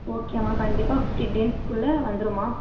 ஓகேமா கண்டிப்பாக ஃபிஃப்ட்டின் டேஸ்க்குள்ளே வந்துரும்மா